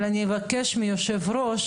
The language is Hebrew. אני אבקש מהיושב ראש